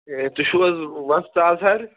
ہے تُہۍ چھِو حظ وۅستاد حظ